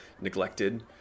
neglected